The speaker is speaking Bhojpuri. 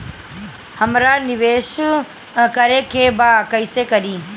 हमरा निवेश करे के बा कईसे करी?